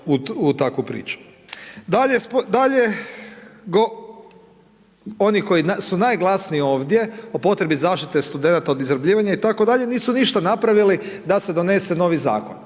Dalje oni koji su najglasniji ovdje o potrebi zaštite studenata od izrabljivanja itd. nisu ništa napravili da se donese novi zakon.